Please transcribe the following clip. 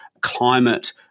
climate